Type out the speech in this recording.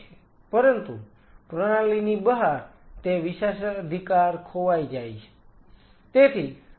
પરંતુ પ્રણાલીની બહાર તે વિશેષાધિકાર ખોવાઈ ગયો છે